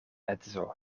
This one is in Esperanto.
edzo